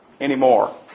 anymore